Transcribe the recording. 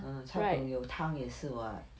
err cai png 汤也是 [what]